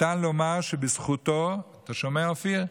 ניתן לומר שבזכותו, אתה שומע, אופיר?